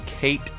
Kate